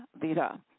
vida